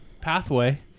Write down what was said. pathway